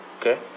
Okay